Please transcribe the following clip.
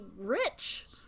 rich